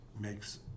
makes